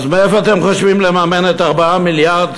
אז מאיפה אתם חושבים לממן את 4 מיליארד